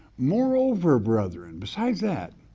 moreover, brethren, besides that,